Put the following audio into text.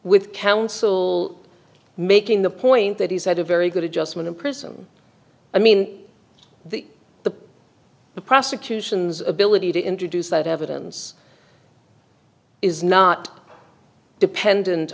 with counsel making the point that he's had a very good adjustment in prison i mean the the the prosecution's ability to introduce that evidence is not dependent